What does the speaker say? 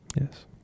Yes